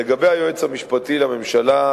2. לגבי היועץ המשפטי לממשלה,